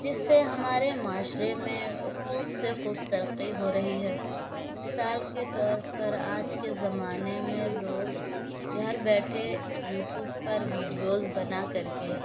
جس سے ہمارے معاشرے میں خوب سے خوب ترقی ہو رہی ہے مثال کے طور پر آج کے زمانے میں لوگ گھر بیٹھے یوٹیوب پر ویڈیوز بنا کر کے